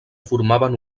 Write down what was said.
formaven